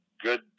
good